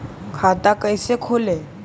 खाता कैसे खोले?